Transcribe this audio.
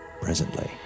Presently